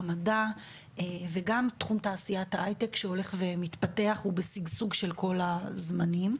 המדע וגם תחום תעשיית ההיי טק שהולך ומפתחת ובשגשוג של כל הזמנים.